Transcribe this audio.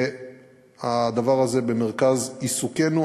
והדבר הזה במרכז עיסוקנו.